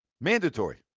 Mandatory